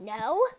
No